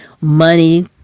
money